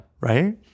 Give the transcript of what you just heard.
Right